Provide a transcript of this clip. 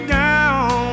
down